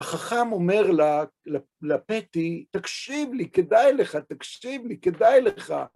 החכם אומר לפתי, תקשיב לי, כדאי לך, תקשיב לי, כדאי לך.